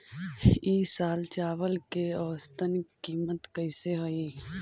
ई साल चावल के औसतन कीमत कैसे हई?